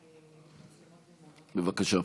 בבקשה.